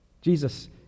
Jesus